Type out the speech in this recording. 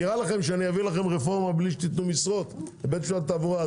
נראה לכם שאני אעביר לכם רפורמה בלי שתיתנו משרות לבית משפט לתעבורה?